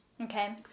Okay